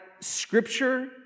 scripture